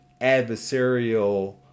adversarial